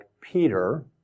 Peter